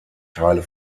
teile